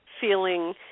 feeling